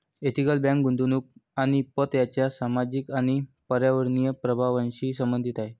ethical bank गुंतवणूक आणि पत यांच्या सामाजिक आणि पर्यावरणीय प्रभावांशी संबंधित आहे